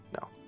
No